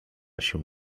się